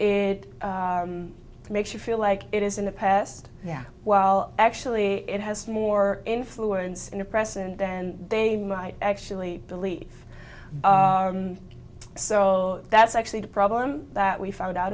t makes you feel like it is in the past yeah well actually it has more influence in the press and then they might actually believe so that's actually the problem that we found out